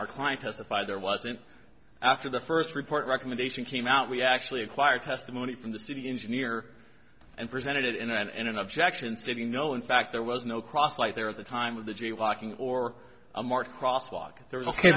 our client testify there wasn't after the first report recommendation came out we actually acquired testimony from the city engineer and presented it and in objections didn't know in fact there was no cross light there at the time of the jaywalking or a marked cross walk there was ok